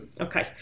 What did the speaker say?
Okay